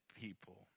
people